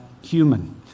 human